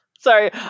Sorry